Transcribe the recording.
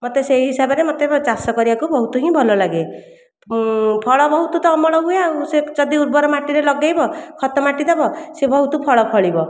ମତେ ସେଇ ହିସାବ ରେ ମତେ ଏବେ ଚାଷ କରିବାକୁ ବହୁତ ହିଁ ଭଲ ଲାଗେ ଫଳ ବହୁତ ତ ଅମଳ ହୁଏ ଯଦି ଉର୍ବର ମାଟି ରେ ଲଗେଇବ ଖତ ମାଟି ଦବ ସେ ବହୁତ ଫଳ ଫଳିବ